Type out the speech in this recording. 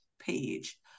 page